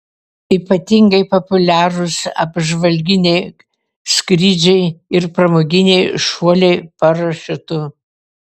ypatingai populiarūs apžvalginiai skrydžiai ir pramoginiai šuoliai parašiutu